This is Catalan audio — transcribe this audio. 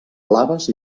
blaves